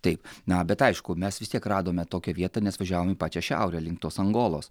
taip na bet aišku mes vis tiek radome tokią vietą nes važiavom į pačią šiaurę link tos angolos